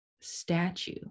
statue